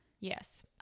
Yes